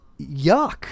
yuck